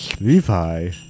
Levi